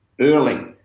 early